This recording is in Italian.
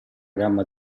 gamma